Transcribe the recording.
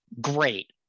great